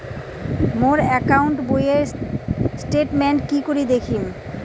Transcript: মোর account বইয়ের statement কি করি দেখিম?